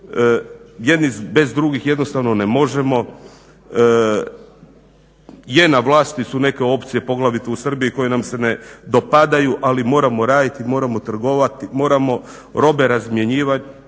jedni bez drugih jednostavno ne možemo, je na vlasti su neke opcije poglavito u Srbiji koje nam se ne dopadaju, ali moramo raditi, moramo trgovati, moramo robe razmjenjivati,